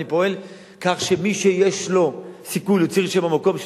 אני פועל כך שמי שיש לו סיכוי להוציא רשיון במקום,